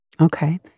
Okay